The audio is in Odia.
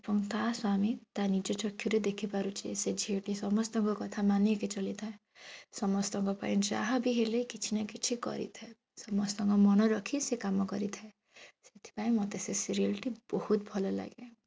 ଏବଂ ତା ସ୍ୱାମୀ ତା ନିଜ ଚକ୍ଷୁରେ ଦେଖିପାରୁଛି ସେ ଝିଅଟି ସମସ୍ତଙ୍କ କଥା ମାନିକି ଚାଲିଥାଏ ସମସ୍ତଙ୍କ ପାଇଁ ଯାହା ବି ହେଲେ କିଛି ନା କିଛି କରିଥାଏ ସମସ୍ତଙ୍କ ମନ ରଖି ସେ କାମ କରିଥାଏ ସେଥିପାଇଁ ମୋତେ ସେ ସିରିଏଲ୍ ଟି ବହୁତ ଭଲଲାଗେ